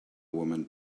woman